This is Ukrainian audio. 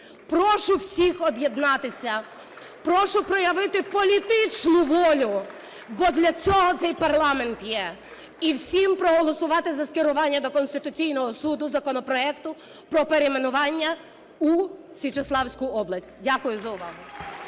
Прошу всіх об'єднатися. Прошу проявити політичну волю, бо для цього цей парламент є. І всім проголосувати за скерування до Конституційного Суду законопроекту про перейменування у Січеславську область. Дякую за увагу.